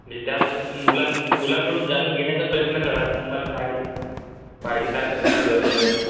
म्हणजे त्याबद्दल तुम्ही मुलांची मुलांकडून जाणून घेण्याचा प्रयत्न करा तुम्हाला काय पाहिजे काय कशाची गरज आहे